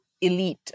elite